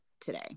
today